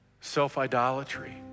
self-idolatry